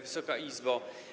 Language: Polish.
Wysoka Izbo!